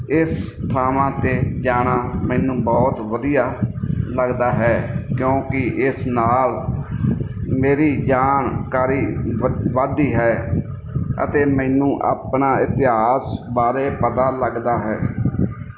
ਇਸ ਥਾਵਾਂ 'ਤੇ ਜਾਣਾ ਮੈਨੂੰ ਬਹੁਤ ਵਧੀਆ ਲੱਗਦਾ ਹੈ ਕਿਉਂਕਿ ਇਸ ਨਾਲ ਮੇਰੀ ਜਾਣਕਾਰੀ ਵ ਵੱਧਦੀ ਹੈ ਅਤੇ ਮੈਨੂੰ ਆਪਣੇ ਇਤਿਹਾਸ ਬਾਰੇ ਪਤਾ ਲੱਗਦਾ ਹੈ